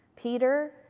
Peter